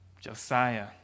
Josiah